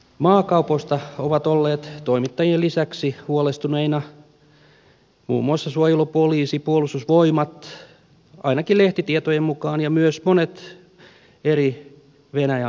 maakaupoista ovat olleet toimittajien lisäksi huolestuneita muun muassa suojelupoliisi puolustusvoimat ainakin lehtitietojen mukaan ja myös monet eri venäjä asiantuntijat